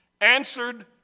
answered